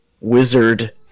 wizard